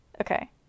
Okay